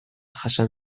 jasan